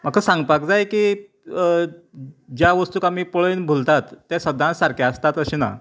म्हाका सांगपाक जाय की ज्या वस्तूक आमी पळयन भुलतात तें सदांच सारकें आसतात अशें ना